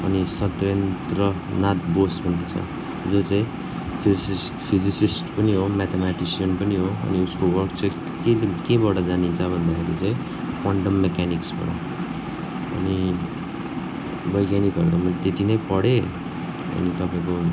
अनि सत्यन्द्रनाथ बोस भन्ने छ जो चाहिँ फिजिस फिजिक्स्ट पनि हो म्याथम्याटिक्सयन पनि हो अनि उसको वर्क चाहिँ केले केबाट जानिन्छ भन्दाखेरि चाहिँ क्वान्टम मेक्यानिक्सबाट अनि वैज्ञानिकहरू त्यति नै पढेँ अनि तपाईँको